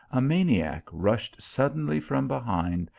a maniac rushed suddenly from behind,